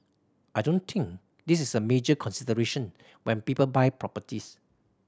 I don't think this is a major consideration when people buy properties